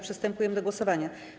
Przystępujemy do głosowania.